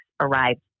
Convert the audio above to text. arrived